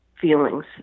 feelings